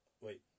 Wait